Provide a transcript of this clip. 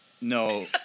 No